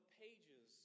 pages